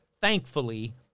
thankfully